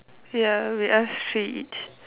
ya we ask three each